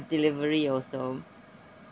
delivery also